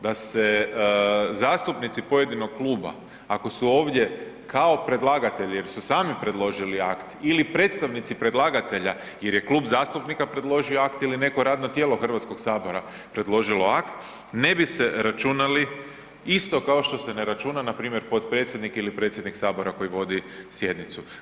Da se zastupnici pojedinog kluba, ako su ovdje kao predlagatelji jer su sami predložili akt ili predstavnici predlagatelja, jer je klub zastupnika predložio akt ili neko radno tijelo HS-a, predložilo akt, ne bi se računali, isto kao što se ne računa npr. potpredsjednik ili predsjednik Sabora koji vodi sjednicu.